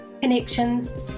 connections